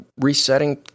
resetting